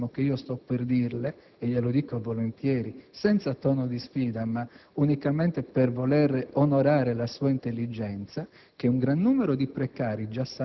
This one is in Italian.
anzi, lei sa benissimo - e glielo dico volentieri, senza tono di sfida, ma unicamente per voler onorare la sua intelligenza